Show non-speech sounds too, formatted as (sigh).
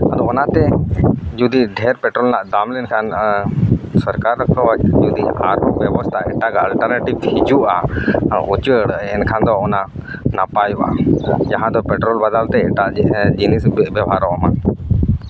ᱟᱫᱚ ᱚᱱᱟᱛᱮ ᱡᱩᱫᱤ ᱰᱷᱮᱹᱨ ᱯᱮᱴᱨᱳᱞ ᱨᱮᱱᱟᱜ ᱫᱟᱢ ᱞᱮᱱᱠᱷᱟᱱ ᱥᱚᱨᱠᱟᱨ (unintelligible) ᱟᱨᱛᱷᱤᱠ ᱵᱮᱵᱚᱥᱛᱷᱟ ᱮᱴᱟᱜᱟ (unintelligible) ᱦᱤᱡᱩᱜᱼᱟ ᱩᱪᱟᱹᱲ ᱮᱱᱠᱷᱟᱱ ᱫᱚ ᱚᱱᱟ ᱱᱟᱯᱟᱭᱚᱜᱼᱟ ᱡᱟᱦᱟᱸ ᱫᱚ ᱯᱮᱴᱨᱳᱞ ᱵᱟᱵᱚᱫᱽ ᱛᱮ ᱮᱴᱟᱜ ᱡᱤᱱᱤᱥ ᱵᱮᱵᱚᱦᱟᱨᱚᱜᱢᱟ